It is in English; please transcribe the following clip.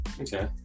Okay